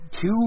two